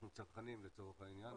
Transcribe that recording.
אנחנו צרכנים לצורך העניין,